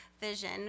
vision